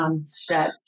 Set